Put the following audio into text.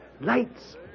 Lights